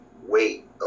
wait